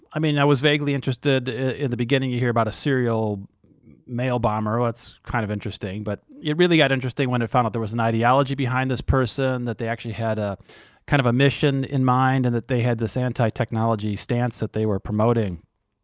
i mean, i was vaguely interested in the beginning. you hear about a serial mail bomber, that's kind of interesting. but it really got interesting when i found out there was an ideology behind this person, that they actually had a kind of a mission in mind, and that they had this anti-technology stance that they were promoting.